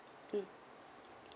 mm